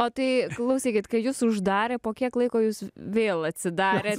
o tai klausykit kai jus uždarė po kiek laiko jūs vėl atsidarėt